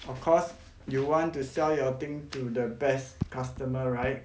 of course you want to sell your thing to the best customer right